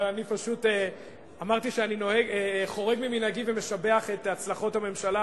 אבל אני פשוט אמרתי שאני חורג ממנהגי ומשבח את הצלחות הממשלה